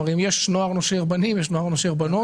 הרי אם יש נוער נושר בנים יש גם נוער נושר בנות.